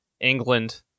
England